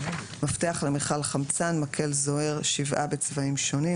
מפתח למכל-חמצן 1 מקל זוהרStick light)) 7 (בצבעים שונים)